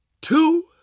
two